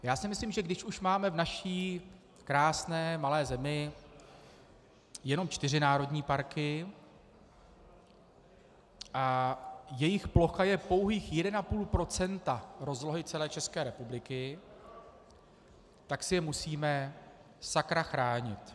Já si myslím, že když už máme v naší krásné malé zemi jenom čtyři národní parky a jejich plocha je pouhých 1,5 % rozlohy celé České republiky, tak si je musíme sakra chránit.